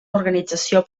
organització